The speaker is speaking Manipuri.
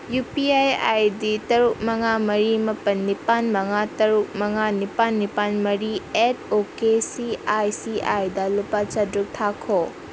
U P I I D ꯇꯔꯨꯛ ꯃꯉꯥ ꯃꯔꯤ ꯃꯄꯟ ꯅꯤꯄꯥꯟ ꯃꯉꯥ ꯇꯔꯨꯛ ꯃꯉꯥ ꯅꯤꯄꯥꯟ ꯅꯤꯄꯥꯟ ꯃꯔꯤ at ok C I C ꯑꯥꯏꯗ ꯂꯨꯄꯥ ꯆꯥꯇ꯭ꯔꯨꯛ ꯊꯥꯈꯣ